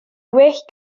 well